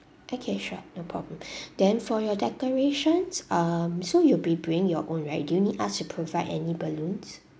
okay sure no problem then for your decorations um so you'll be bringing your own right do you need us to provide any balloons